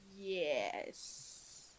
Yes